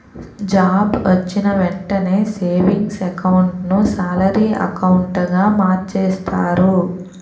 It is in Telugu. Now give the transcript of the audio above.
జాబ్ వొచ్చిన వెంటనే సేవింగ్స్ ఎకౌంట్ ను సాలరీ అకౌంటుగా మార్చేస్తారు